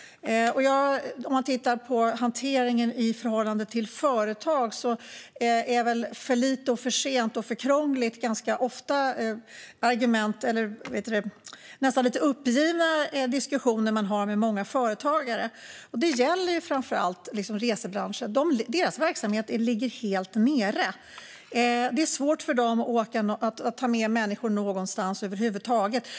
När det gäller hanteringen i förhållande till företag hörs ofta argumenten att det är för lite, för sent och för krångligt. Det är nästan lite uppgivna diskussioner som man har med många företagare. Det gäller framför allt resebranschen. Deras verksamhet ligger helt nere, och det är svårt för dem att ta med människor någonstans över huvud taget.